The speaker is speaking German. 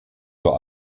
nur